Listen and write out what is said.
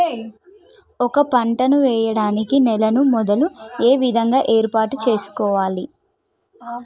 ఒక పంట వెయ్యడానికి నేలను మొదలు ఏ విధంగా ఏర్పాటు చేసుకోవాలి?